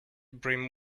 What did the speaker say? brim